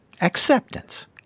ACCEPTANCE